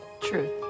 Truth